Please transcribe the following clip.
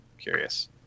Curious